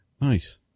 Nice